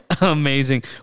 Amazing